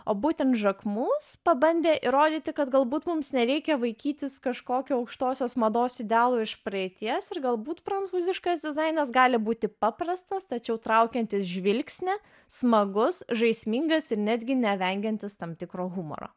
o būtent žakmus pabandė įrodyti kad galbūt mums nereikia vaikytis kažkokio aukštosios mados idealo iš praeities ir galbūt prancūziškas dizainas gali būti paprastas tačiau traukiantis žvilgsnį smagus žaismingas ir netgi nevengiantis tam tikro humoro